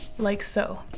like so